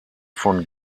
von